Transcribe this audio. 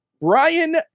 Brian